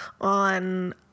on